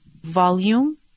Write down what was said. volume